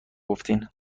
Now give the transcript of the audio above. گفتین